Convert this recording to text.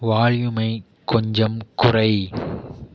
வால்யூமை கொஞ்சம் குறை